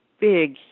big